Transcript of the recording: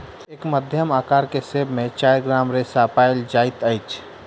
एक मध्यम अकार के सेब में चाइर ग्राम रेशा पाओल जाइत अछि